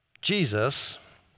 Jesus